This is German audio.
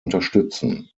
unterstützen